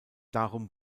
darum